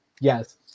Yes